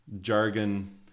jargon